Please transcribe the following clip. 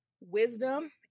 wisdom